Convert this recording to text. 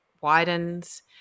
widens